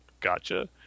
Gotcha